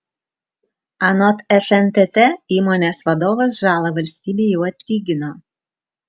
anot fntt įmonės vadovas žalą valstybei jau atlygino